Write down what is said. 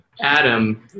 Adam